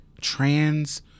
trans